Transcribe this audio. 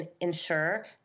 ensure